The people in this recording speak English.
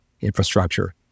infrastructure